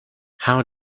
how